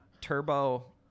Turbo